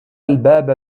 الباب